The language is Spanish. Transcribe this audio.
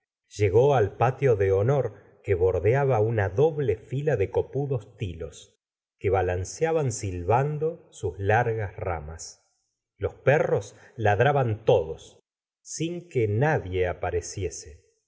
llegó al patio de honor que bordeaba una doble fila de copudos tilos que balanceaban silbando sus largas ramas los perros ladraban todos sin que nadie apareciese